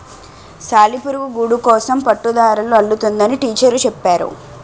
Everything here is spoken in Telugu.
సాలిపురుగు గూడుకోసం పట్టుదారాలు అల్లుతుందని టీచరు చెప్పేరు